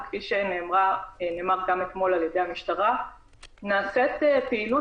וכפי שנאמר גם אתמול על-ידי המשטרה נעשית פעילות